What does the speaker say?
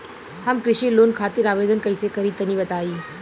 हम कृषि लोन खातिर आवेदन कइसे करि तनि बताई?